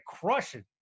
crushing